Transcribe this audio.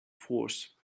force